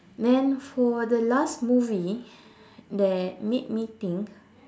then for the last movie that made me think